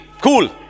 cool